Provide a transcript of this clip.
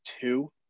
two